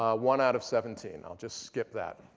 one out of seventeen i'll just skip that.